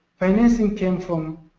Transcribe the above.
financing came from